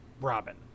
Robin